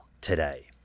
today